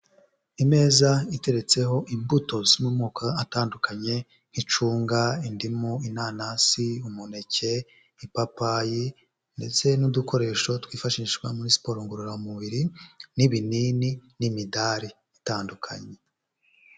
Imeza iteretseho imbuto zo mu moko atandukanye, nk'icunga, indimu, inanasi, umuneke, ipapayi ndetse n'udukoresho twifashishwa muri siporo ngororamubiri n'ibinini n'imidari itandukanye.